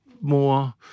more